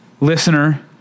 listener